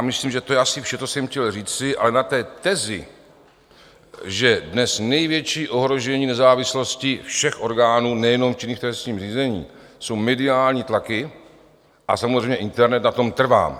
Myslím, že to je asi vše, co jsem chtěl říci, ale na tezi, že dnes největší ohrožení nezávislosti všech orgánů, nejenom činných v trestním řízení, jsou mediální tlaky a samozřejmě internet, na tom trvám.